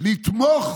לתמוך